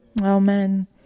Amen